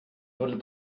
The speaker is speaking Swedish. håller